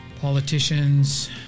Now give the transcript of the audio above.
Politicians